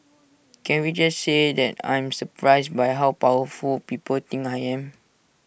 can we just say that I'm surprised by how powerful people think I am